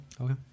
Okay